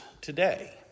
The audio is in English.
today